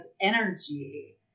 energy